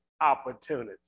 opportunity